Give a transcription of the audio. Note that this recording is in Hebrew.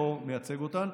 לא מייצג אותן.